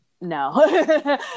no